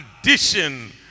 Addition